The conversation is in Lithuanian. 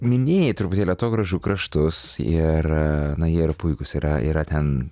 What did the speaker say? minėjai truputėlį atogrąžų kraštus ir na jie yra puikūs yra yra ten